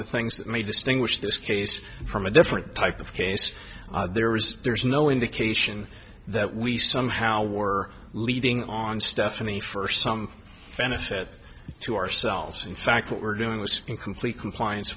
the things that may distinguish this case from a different type of case there is there's no indication that we somehow were leading on stephanie for some benefit to ourselves in fact what we're doing was in complete compliance